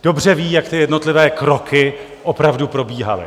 Dobře ví, jak ty jednotlivé kroky opravdu probíhaly.